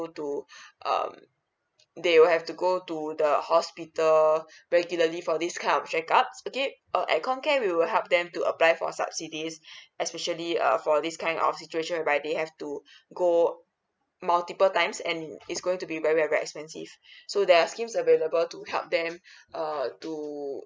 go to um they will have to go to the hospital regularly for this kind of checkups okay uh at com care we will help them to apply for subsidies especially uh for this kind of situation right they have to go multiple times and it's going to be very very expensive so there are schemes available to help them err to